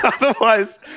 otherwise